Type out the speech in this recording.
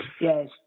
Yes